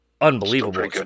unbelievable